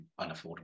unaffordable